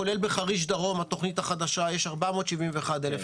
כולל התכנית החדשה בחריש דרום יש 471,000 דונם.